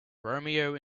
romeo